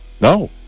No